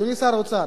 אדוני שר האוצר,